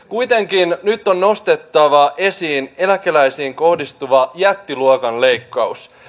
kuitenkin nyt on nostettava esiin eläkeläisiin kohdistuva jättiluokan leikkaus